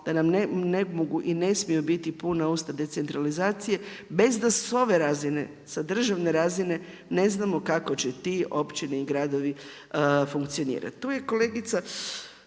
da nam ne mogu i ne smiju biti puna usta decentralizacije, bez da s ove razine, sa državne razine, ne znamo kako će ti općine i gradovi funkcionirati. Tu je kolegica